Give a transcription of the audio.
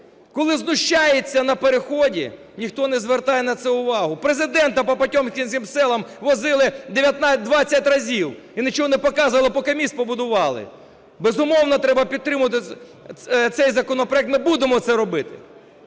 коли знущаються на переході, ніхто не звертає на це увагу. Президента по "потьомкінським селам" возили 20 разів і нічого не показували, поки міст побудували. Безумовно, треба підтримати цей законопроект, ми будемо це робити